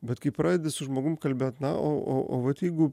bet kai pradedi su žmogum kalbėt na o o o vat jeigu